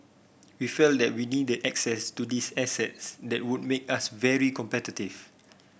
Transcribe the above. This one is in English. we felt that we needed access to these assets that would make us very competitive